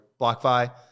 BlockFi